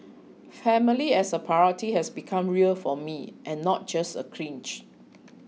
family as a priority has become real for me and not just a cliche